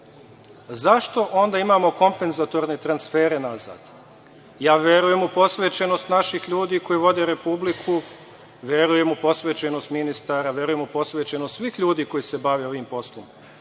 zašto onda imamo kompenzatorne transfere nazad? Ja verujem u posvećenost naših ljudi koji vode Republiku, verujem u posvećenost ministara, verujem u posvećenost svih ljudi koji se bave ovim poslom,